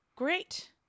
Great